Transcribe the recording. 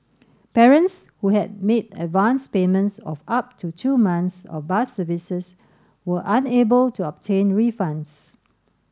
parents who had made advanced payments of up to two months of bus services were unable to obtain refunds